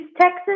Texas